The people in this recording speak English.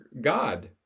God